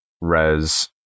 Res